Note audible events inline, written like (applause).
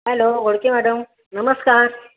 hello (unintelligible) madam नमस्कार